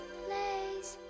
place